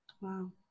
Wow